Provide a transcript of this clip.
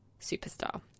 superstar